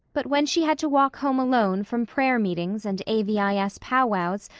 but when she had to walk home alone from prayer meetings and a v i s. pow-wows,